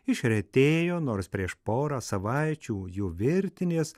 išretėjo nors prieš porą savaičių jų virtinės